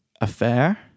affair